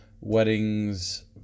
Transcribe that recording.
weddings